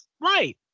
right